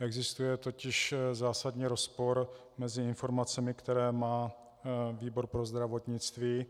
Existuje totiž zásadní rozpor mezi informacemi, které má výbor pro zdravotnictví.